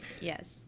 Yes